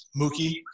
Mookie